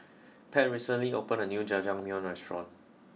Pat recently opened a new Jajangmyeon restaurant